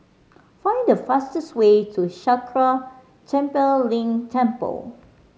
find the fastest way to Sakya Tenphel Ling Temple